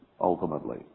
ultimately